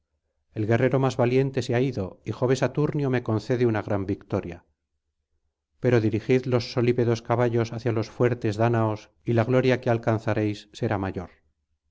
el guerrero más valiente se ha ido y jove saturnio me concede una gran victoria pero dirigid los solípedos caballos hacia los fuertes dáñaos y la gloria que alcanzaréis será mayor